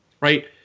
right